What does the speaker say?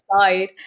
side